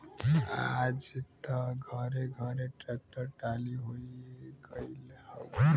आज त घरे घरे ट्रेक्टर टाली होई गईल हउवे